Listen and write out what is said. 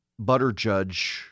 Butterjudge